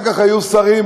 אחר כך היו שרים,